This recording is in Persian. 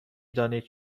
دانید